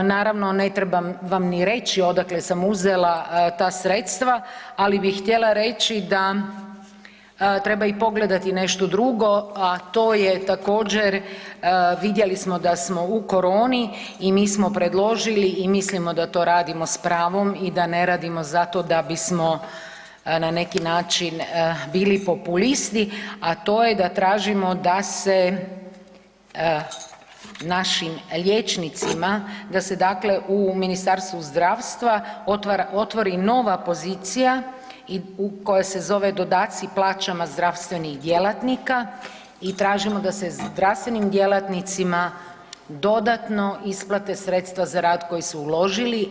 Naravno, ne trebam vam ni reći odakle sam uzela ta sredstva, ali bih htjela reći da treba i pogledati nešto drugo, a to je također, vidjeli smo da smo u koroni i mi smo predložili i mislimo da to radimo s pravom i da ne radimo zato da bismo na neki način bili populisti, a to je da tražimo da se našim liječnicima, da se dakle u Ministarstvu zdravstva otvori nova pozicija u, koja se zove dodaci plaćama zdravstvenih djelatnika, i tražimo da se zdravstvenim djelatnicima dodatno isplate sredstva za rad koji su uložili.